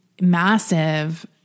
massive